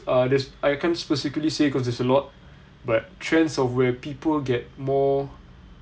uh I can't specifically say because there's a lot but trends of where people get more